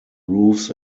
roofs